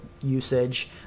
usage